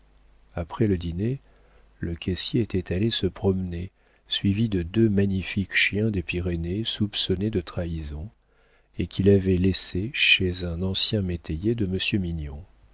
après le dîner le caissier était allé se promener suivi de deux magnifiques chiens des pyrénées soupçonnés de trahison et qu'il avait laissés chez un ancien métayer de monsieur mignon